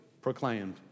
proclaimed